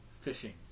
fishing